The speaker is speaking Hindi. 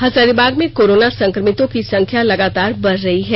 हजारीबाग में कोरोना संक्रमितों की संख्या लगातार बढ़ रही है